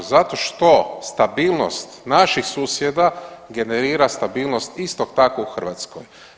Zato što stabilnost naših susjeda generira stabilnost isto tako u Hrvatskoj.